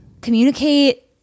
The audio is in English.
communicate